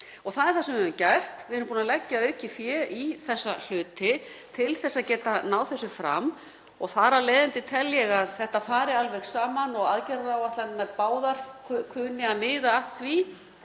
Það er það sem við höfum gert. Við erum búin að leggja aukið fé í þessa hluti til að geta náð þessu fram og þar af leiðandi tel ég að þetta fari alveg saman og aðgerðaáætlanirnar báðar muni miða að því